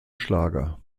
schlager